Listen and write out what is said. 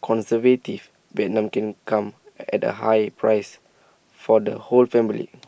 conservative Vietnam come at A high price for the whole family